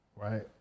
right